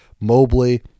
Mobley